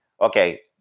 okay